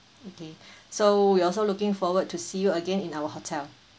okay so we also looking forward to see you again in our hotel